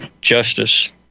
justice